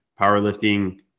powerlifting